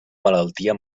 malaltia